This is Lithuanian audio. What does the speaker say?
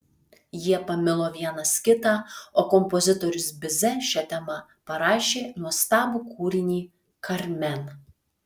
jie pamilo vienas kitą o kompozitorius bize šia tema parašė nuostabų kūrinį karmen